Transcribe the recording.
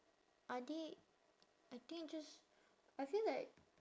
adik I think just I feel like